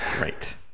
right